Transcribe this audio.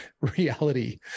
reality